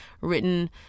written